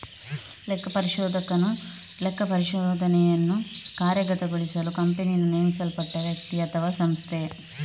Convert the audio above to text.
ಲೆಕ್ಕಪರಿಶೋಧಕನು ಲೆಕ್ಕಪರಿಶೋಧನೆಯನ್ನು ಕಾರ್ಯಗತಗೊಳಿಸಲು ಕಂಪನಿಯಿಂದ ನೇಮಿಸಲ್ಪಟ್ಟ ವ್ಯಕ್ತಿ ಅಥವಾಸಂಸ್ಥೆ